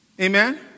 Amen